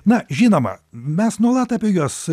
na žinoma mes nuolat apie juos